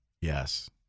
Yes